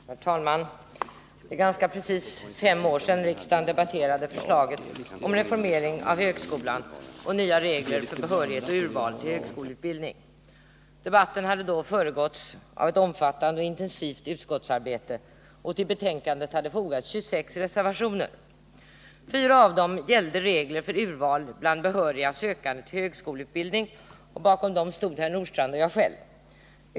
Herr talman! Det är ganska precis fem år sedan riksdagen debatterade förslaget om reformering av högskolan och nya regler för behörighet och urval till högskoleutbildning. Debatten hade då föregåtts av ett omfattande och intensivt utskottsarbete, och till betänkandet hade fogats 26 reservationer. Fyra av dem gällde regler för urval bland behöriga sökande till högskoleutbildning, och bakom dem stod herr Nordstrandh och jag själv.